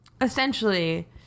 essentially